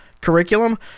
curriculum